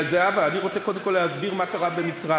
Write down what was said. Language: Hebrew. זהבה, אני רוצה קודם כול להסביר מה קרה במצרים.